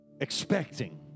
expecting